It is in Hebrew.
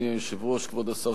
כבוד השר,